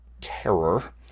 terror